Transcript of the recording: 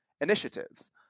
initiatives